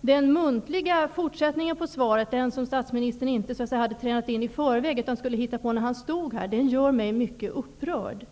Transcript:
Den muntliga fortsättningen på svaret -- den som statsministern inte hade tränat in i förväg utan som han hittade på när han stod i talarstolen -- gör mig mycket upprörd.